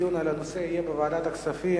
הדיון על הנושא יהיה בוועדת הכספים,